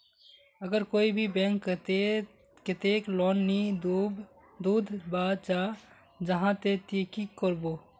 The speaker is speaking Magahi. अगर कोई भी बैंक कतेक लोन नी दूध बा चाँ जाहा ते ती की करबो?